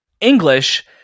English